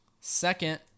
Second